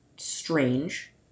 strange